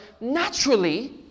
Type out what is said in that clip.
naturally